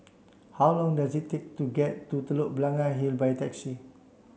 how long does it take to get to Telok Blangah Hill by taxi